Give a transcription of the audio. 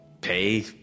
pay